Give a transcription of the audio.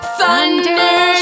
Thunder